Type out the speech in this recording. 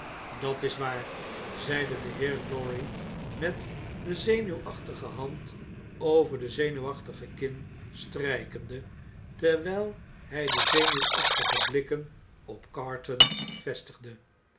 dat is waar zei de heer lorry met de zenuwachtige hand over de zenuwachtige kin strijkende terwijl hg de zenuwachtige blikken op carton vestigde